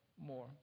more